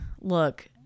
look